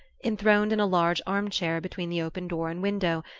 enthroned in a large armchair between the open door and window,